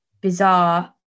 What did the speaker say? bizarre